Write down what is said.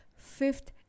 fifth